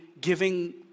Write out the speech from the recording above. giving